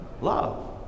Love